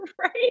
right